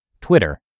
Twitter